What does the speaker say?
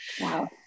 Wow